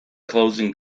closing